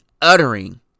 uttering